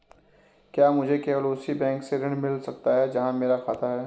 क्या मुझे केवल उसी बैंक से ऋण मिल सकता है जहां मेरा खाता है?